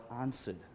answered